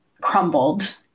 crumbled